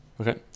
Okay